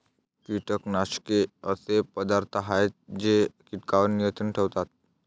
कीटकनाशके असे पदार्थ आहेत जे कीटकांवर नियंत्रण ठेवतात